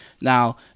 Now